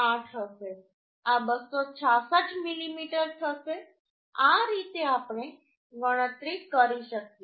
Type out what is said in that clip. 8 હશે આ 266 મીમી થશે આ રીતે આપણે ગણતરી કરી શકીએ